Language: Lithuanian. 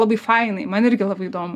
labai fainai man irgi labai įdomu